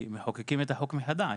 כי מחוקקים את החוק מחדש.